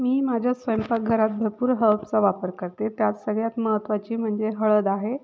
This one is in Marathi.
मी माझ्या स्वयंपाकघरात भरपूर हर्बचा वापर करते त्यात सगळ्यात महत्त्वाची म्हणजे हळद आहे